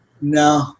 No